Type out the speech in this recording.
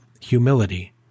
Humility